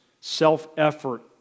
Self-effort